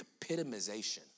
epitomization